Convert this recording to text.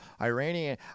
Iranian